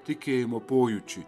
tikėjimo pojūčiui